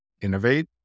innovate